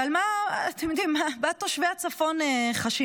ומה תושבי הצפון חשים.